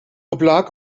oblag